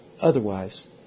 Otherwise